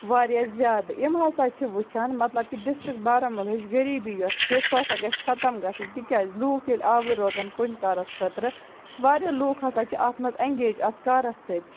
واریاہ زیادٕ یِم ہَسا چھِ وٕچھان مطلب کہِ ڈِسٹرک بارہمولہٕچ غریٖبی یۄس چھِ سُہ ہَسا گَژھِ ختم گَژھٕنۍ تِکیٛازِ لوٗکھ ییٚلہِ آوٕر روزان کُنہِ کارَس خٲطرٕ وارِیاہ لوٗکھ ہَسا چھِ اَتھ منٛز اٮ۪نٛگیج اَتھ کارَس سۭتۍ